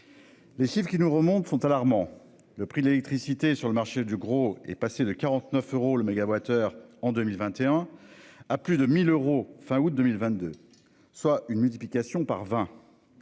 Les qui nous remontent sont alarmants. Le prix de l'électricité sur le marché du gros est passé de 49 euros le mégawattheure en 2021. À plus de 1000 euros fin août 2022, soit une multiplication par 20.